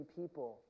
people